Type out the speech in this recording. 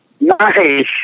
Nice